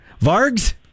Vargs